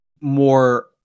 more